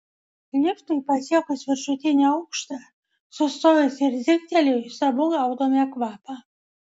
liftui pasiekus viršutinį aukštą sustojus ir dzingtelėjus abu gaudome kvapą